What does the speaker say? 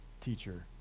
teacher